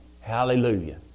Hallelujah